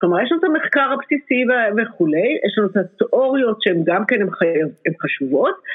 כלומר יש לנו את המחקר הבסיסי וכולי, יש לנו את התיאוריות שהן גם כן, הן חשובות